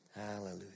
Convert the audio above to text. Hallelujah